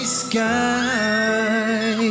sky